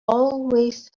always